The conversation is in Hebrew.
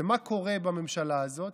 ומה קורה בממשלה הזאת?